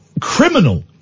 criminal